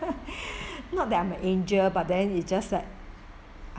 not that I'm an angel but then is just like